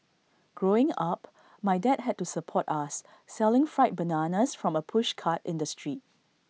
growing up my dad had to support us selling fried bananas from A pushcart in the street